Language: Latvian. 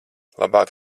labāk